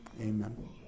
amen